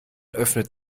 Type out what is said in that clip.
öffnet